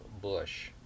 Bush